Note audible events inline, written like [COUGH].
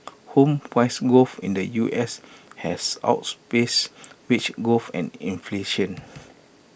home price growth in the U S has [UNINTELLIGIBLE] wage growth and inflation